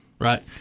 right